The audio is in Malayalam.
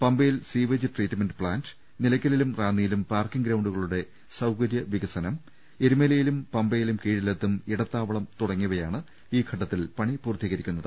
പമ്പയിൽ സീവേജ് ട്രീറ്റ്മെന്റ് പ്ലാന്റ് നില യ്ക്കലിലും റാന്നിയിലും പാർക്കിംഗ് ഗ്രൌണ്ടുകളുടെ സൌകര്യവികസനം എരുമേ ലിയിലും പമ്പയിലും കീഴിലത്തും ഇടത്താവളം തുടങ്ങിയവയാണ് ഈ ഘട്ടത്തിൽ പണി പൂർത്തീകരിക്കുന്നത്